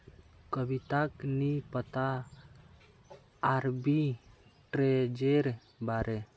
कविताक नी पता आर्बिट्रेजेर बारे